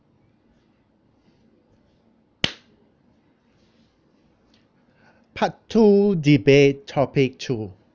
part two debate topic two